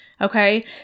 Okay